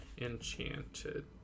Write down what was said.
Enchanted